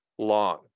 Long